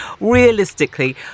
realistically